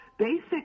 Basic